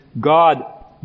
God